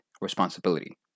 responsibility